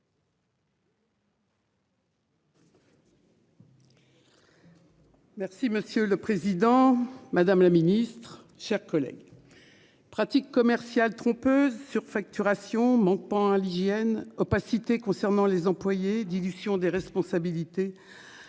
Merci, monsieur le Président Madame la Ministre, chers collègues. Pratique commerciale trompeuse surfacturation manquent pas hein l'hygiène opacité concernant les employés dilution des responsabilités.